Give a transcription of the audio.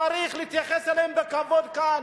צריך להתייחס אליהם בכבוד כאן,